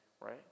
right